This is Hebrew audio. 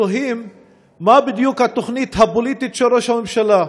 תוהה מה בדיוק התוכנית הפוליטית של ראש הממשלה.